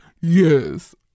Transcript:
yes